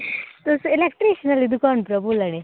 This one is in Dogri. तुस इलैक्ट्रिशीयन दी दुकान उप्परा बोल्ला दे